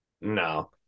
No